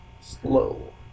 Slow